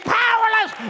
powerless